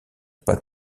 pas